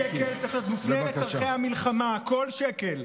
שקל צריך להיות מופנה לצורכי המלחמה, כל שקל.